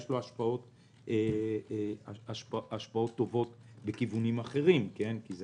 יש לו השפעות טובות בכיוונים אחרים כי זה